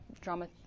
drama